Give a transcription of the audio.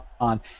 on